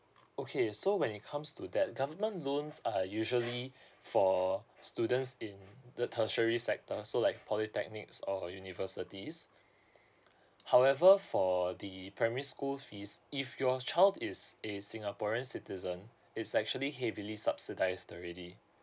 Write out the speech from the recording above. okay so when it comes to that government loans are usually for students in the tertiary sector so like polytechnics or universities however for the primary school fees if your child is a singaporean citizen it's actually heavily subsidised already